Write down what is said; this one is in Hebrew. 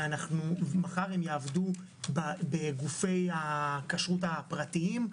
ומחר הם יעבדו בגופי הכשרות הפרטיים,